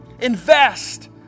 invest